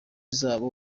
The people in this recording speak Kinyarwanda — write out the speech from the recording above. zabo